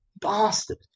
bastard